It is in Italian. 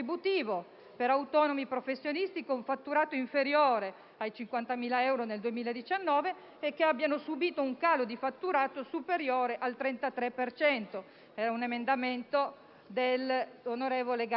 per autonomi e professionisti con fatturato inferiore ai 50.000 euro nel 2019 e che abbiano subito un calo di fatturato superiore al 33 per cento (era un emendamento dell'onorevole Garavaglia).